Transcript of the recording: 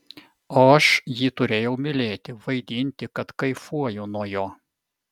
o aš jį turėjau mylėti vaidinti kad kaifuoju nuo jo